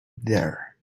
there